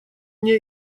мне